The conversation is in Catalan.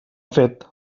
fet